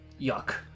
Yuck